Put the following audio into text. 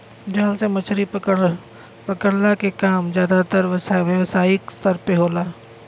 जाल से मछरी पकड़ला के काम जादातर व्यावसायिक स्तर पे होला